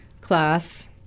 class